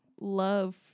love